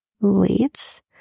late